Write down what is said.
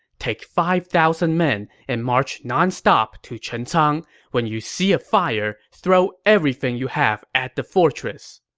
take five thousand men and march nonstop to chencang. when you see a fire, throw everything you have at the fortress.